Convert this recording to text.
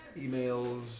emails